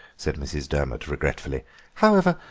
said mrs. durmot regretfully however,